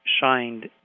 shined